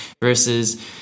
Versus